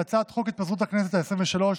והצעת חוק התפזרות הכנסת העשרים-ושלוש,